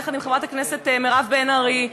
יחד עם חברת הכנסת מירב בן ארי,